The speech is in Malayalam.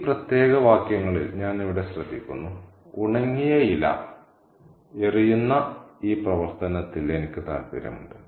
ഈ പ്രത്യേക വാക്യങ്ങളിൽ ഞാൻ ഇവിടെ ശ്രദ്ധിക്കുന്നു ഉണങ്ങിയ ഇല എറിയുന്ന ഈ പ്രവർത്തനത്തിൽ എനിക്ക് താൽപ്പര്യമുണ്ട്